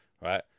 right